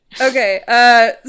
Okay